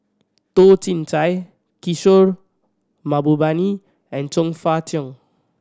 Toh Chin Chye Kishore Mahbubani and Chong Fah Cheong